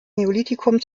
neolithikum